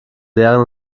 leeren